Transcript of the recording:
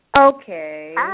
Okay